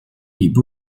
礼部